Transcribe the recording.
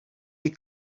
you